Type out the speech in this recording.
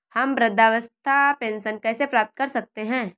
हम वृद्धावस्था पेंशन कैसे प्राप्त कर सकते हैं?